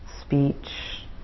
speech